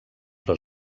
però